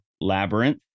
Labyrinth